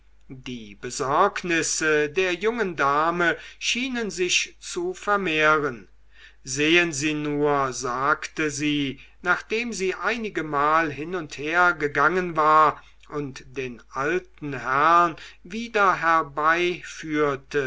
die besorgnisse der jungen dame schienen sich zu vermehren sehen sie nur sagte sie nachdem sie einigemal hin und her gegangen war und den alten herrn wieder herbeiführte